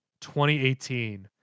2018